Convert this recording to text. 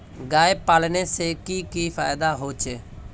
गाय पालने से की की फायदा होचे?